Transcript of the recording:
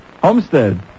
Homestead